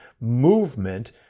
movement